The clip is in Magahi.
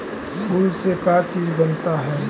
फूल से का चीज बनता है?